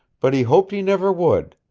but he hoped he never would.